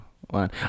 one